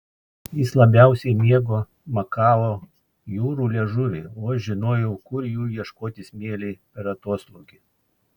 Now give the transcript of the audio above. jis labiausiai mėgo makao jūrų liežuvį o aš žinojau kur jų ieškoti smėlyje per atoslūgį